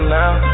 now